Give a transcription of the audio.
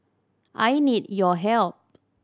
I need your help